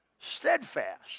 Steadfast